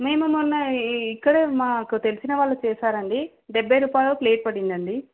మేము మొన్న ఇక్కడే మాకు తెలిసిన వాళ్ళు చేశారండి డెబ్భై రూపాయలే ప్లేట్ పడిందండి